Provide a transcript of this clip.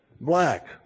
Black